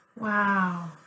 Wow